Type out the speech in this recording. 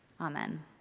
Amen